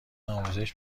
آموزش